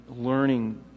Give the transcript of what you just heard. learning